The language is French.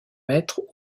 mètres